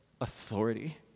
authority